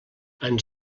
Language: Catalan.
ens